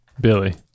Billy